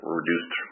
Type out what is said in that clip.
reduced